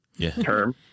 term